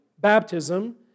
baptism